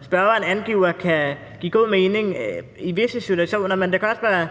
spørgeren angiver, kan give god mening i visse situationer, men der kan også være